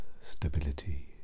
stability